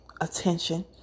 attention